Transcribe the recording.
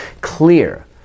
clear